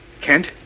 Kent